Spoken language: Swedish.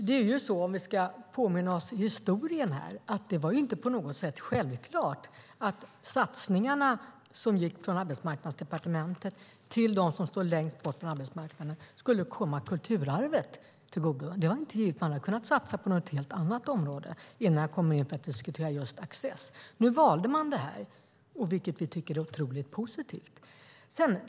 Fru talman! Om vi ska påminna oss historien här var det inte självklart att satsningarna från Arbetsmarknadsdepartementet på dem som står längst bort från arbetsmarknaden skulle komma kulturarvet till godo. Det var inte givet - man hade kunnat satsa på något helt annat område innan man kom in på att diskutera just Access. Nu valde man det här, vilket vi tycker är otroligt positivt.